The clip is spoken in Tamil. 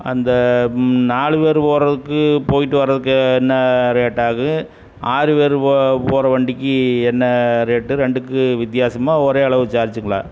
அந்த நாலு பேர் போகிறதுக்கு போய்விட்டு வரதுக்கு என்ன ரேட்டாகும் ஆறு பேர் போ போகிற வண்டிக்கு என்ன ரேட்டு ரெண்டுக்கும் வித்தியாசமாக ஒரே அளவு சார்ஜுங்களா